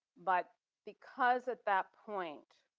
but because at that point,